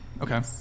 Okay